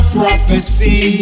prophecy